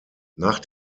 nach